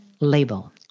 label